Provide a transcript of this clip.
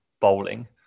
bowling